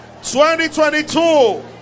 2022